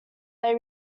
they